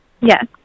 Yes